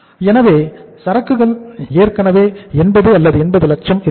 எனவே சரக்குகள் ஏற்கனவே 80 அல்லது 80 லட்சம் இருக்கிறது